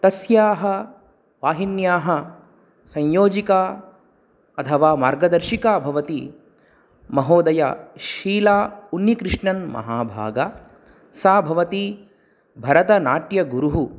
तस्याः वाहिन्याः संयोजिका अथवा मार्गदर्शिका भवति महोदया शीला उन्निकृष्णन् महाभागा सा भवति भरतनाट्यगुरुः